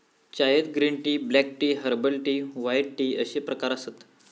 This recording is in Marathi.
चायत green tea, black tea, herbal tea, white tea अश्ये प्रकार आसत